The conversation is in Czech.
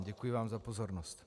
Děkuji vám za pozornost.